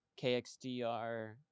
KXDR